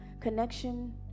connection